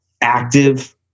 active